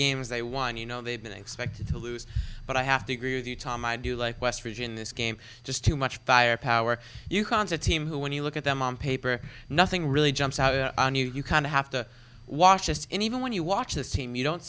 games they won you know they've been expected to lose but i have to agree with you tom i do like west region this game just too much firepower yukon's a team who when you look at them on paper nothing really jumps out on you you kind of have to watch just in even when you watch this team you don't